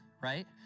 right